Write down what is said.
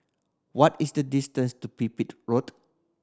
what is the distance to Pipit Road